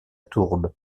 tourbe